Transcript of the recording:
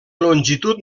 longitud